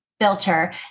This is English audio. filter